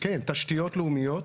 כן, תשתיות לאומיות.